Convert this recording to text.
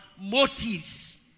motives